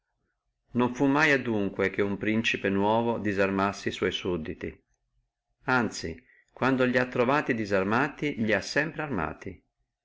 non fu mai adunque che uno principe nuovo disarmassi e sua sudditi anzi quando li ha trovati disarmati li ha sempre armati